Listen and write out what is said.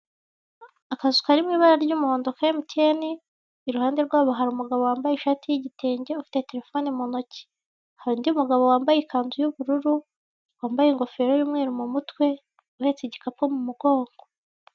Akazu kari mu ibara ry'umuhondo ka emutiyeni iruhande rwaho hari umugabo wambaye ishati y'igitenge ufite telefone mu ntoki hari undi mugabo wambaye ikanzu y'ubururu wambaye ingofero y'umweru mu mutwe uhetse igikapu m'umugongo.